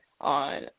On